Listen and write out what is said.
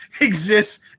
exists